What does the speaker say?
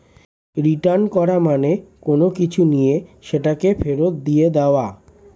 return করা মানে কোনো কিছু নিয়ে সেটাকে ফেরত দিয়ে দেওয়া